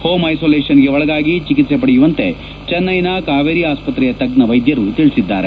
home ಐಸೋಲೇಷನ್ಗೆ ಒಳಗಾಗಿ ಚಿಕಿತ್ಸೆ ಪಡೆಯುವಂತೆ ಚೆನ್ನೈನ ಕಾವೇರಿ ಆಸ್ಪತ್ರೆಯ ತಜ್ಞ ವೈದ್ಯರು ತಿಳಿಸಿದ್ದಾರೆ